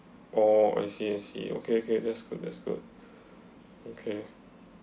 oh I see I see okay okay that's good that's good okay